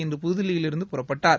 இன்று புதுதில்லியிலிருந்து புறப்பட்டார்